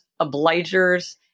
obligers